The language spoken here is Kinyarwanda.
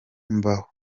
mbaho